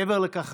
מעבר לכך,